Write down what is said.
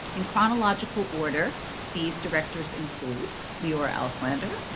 in chronological order these directors include leora auslander,